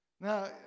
Now